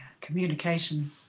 communication